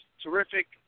terrific